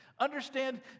understand